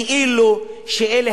כאילו אלה,